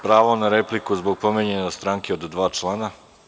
Pravo na repliku zbog pominjanje stranke od dva člana.